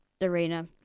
arena